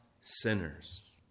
sinners